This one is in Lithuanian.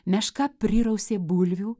meška prirausė bulvių